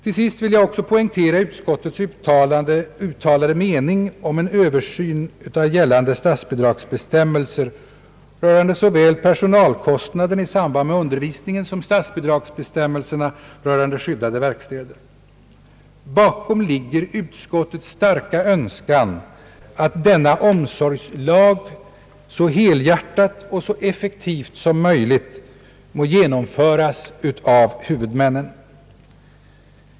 Till sist vill jag också poängtera utskottets uttalade mening om en Översyn av gällande statsbidragsbestämmelser rörande såväl personalkostnaden i samband med undervisningen som statsbidragsbestämmelserna rörande skyddade verkstäder. Bakom ligger utskottets starka önskan att denna nya omsorgslag så helhjärtat och effektivt som möjligt må genomföras av huvudmännen.